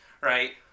right